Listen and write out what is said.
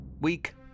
week